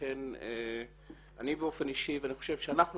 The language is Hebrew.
לכן אני באופן אישי ואני חושב שאנחנו